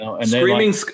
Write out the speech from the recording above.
Screaming